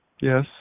Yes